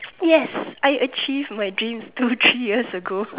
yes I achieved my dreams two three years ago